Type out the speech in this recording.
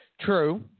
True